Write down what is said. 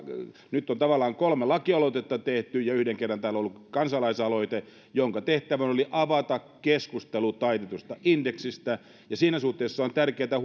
nyt on tavallaan kolme lakialoitetta tehty ja yhden kerran täällä on ollut kansalaisaloite jonka tehtävänä oli avata keskustelu taitetusta indeksistä ja siinä suhteessa on tärkeätä